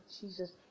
jesus